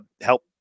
help